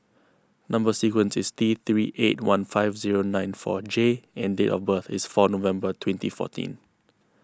Number Sequence is T three eight one five zero nine four J and date of birth is four November twenty fourteen